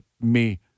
me-